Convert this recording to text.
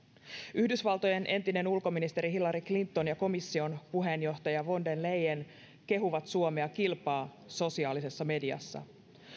yhdysvaltojen entinen ulkoministeri hillary clinton ja komission puheenjohtaja von der leyen kehuvat suomea kilpaa sosiaalisessa mediassa